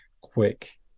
quick